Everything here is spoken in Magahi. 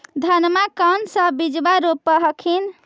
धनमा कौन सा बिजबा रोप हखिन?